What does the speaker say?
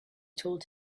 told